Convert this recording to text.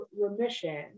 remission